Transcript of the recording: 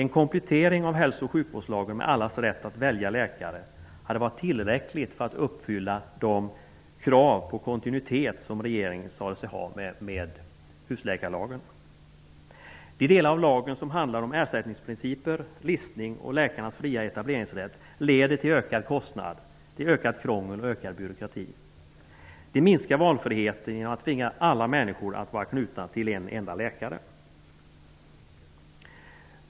En komplettering av hälso och sjukvårdslagen med rätt för alla att välja läkare hade varit tillräcklig för att uppfylla de krav på kontinuitet som regeringen sade att husläkarlagen skulle tillgodose. De delar av lagen som handlar om ersättningsprinciper, listning och läkarnas fria etableringsrätt leder till större kostnader, mera krångel och ökad byråkrati. De minskar valfriheten genom att tvinga alla människor att vara knutna till en enda läkare.